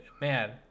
Man